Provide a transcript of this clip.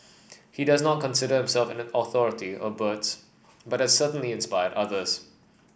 he does not consider himself an authority a birds but certainly inspired others